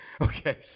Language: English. Okay